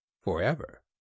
forever